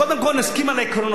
אז קודם כול נסכים על העקרונות,